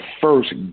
first